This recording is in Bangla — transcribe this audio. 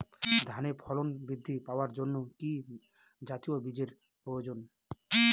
ধানে ফলন বৃদ্ধি পাওয়ার জন্য কি জাতীয় বীজের প্রয়োজন?